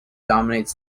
dominates